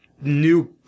new